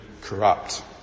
corrupt